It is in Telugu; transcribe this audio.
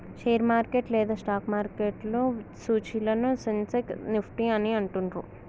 షేర్ మార్కెట్ లేదా స్టాక్ మార్కెట్లో సూచీలను సెన్సెక్స్, నిఫ్టీ అని అంటుండ్రు